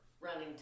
running